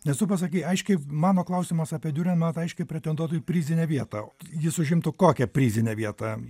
nes tu pasakei aiškiai mano klausimas apie diurenmatą aiškiai pretenduotų į prizinę vietą jis užimtų kokią prizinę vietą